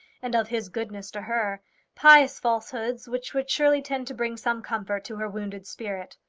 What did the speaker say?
and of his goodness to her pious falsehoods which would surely tend to bring some comfort to her wounded spirit.